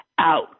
out